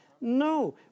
No